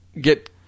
Get